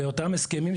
באותם הסכמים,